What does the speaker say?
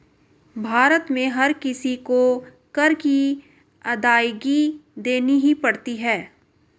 भारत में हर किसी को कर की अदायगी देनी ही पड़ती है